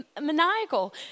maniacal